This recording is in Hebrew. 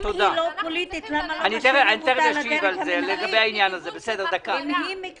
אם זה לא פוליטי וזה דיון מקצועי,